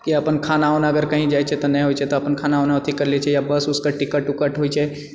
कि अपन खाना उना अगर कही जाइ छिऐ तऽ नहि होइत छै तऽ अपन खाना उना अथी करि लए छै या बस उसके टिकट उकट होइत छै